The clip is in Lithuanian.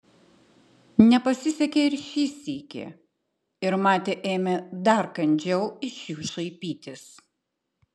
nepasisekė ir šį sykį ir matė ėmė dar kandžiau iš jų šaipytis